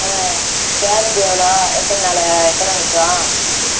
ஆ guarantee எவ்வளோ எத்தனை நாள் எத்தனை வருஷம்